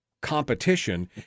competition